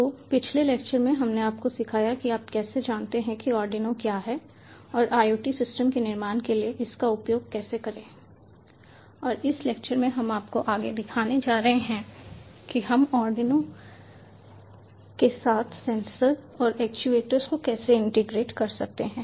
तो पिछले लेक्चर में हमने आपको सिखाया है कि आप कैसे जानते हैं कि आर्डिनो क्या है और IoT सिस्टम के निर्माण के लिए इसका उपयोग कैसे करें और इस लेक्चर में हम आपको आगे दिखाने जा रहे हैं कि हम आर्डिनो के साथ सेंसर और एक्चुएटर्स को कैसे इंटीग्रेट कर सकते हैं